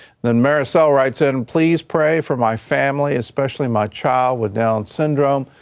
then maricel writes in please pray for my family, especially my child with down syndrome,